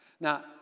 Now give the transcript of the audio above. Now